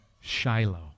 Shiloh